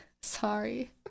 Sorry